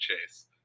chase